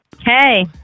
Hey